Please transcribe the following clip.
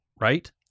Right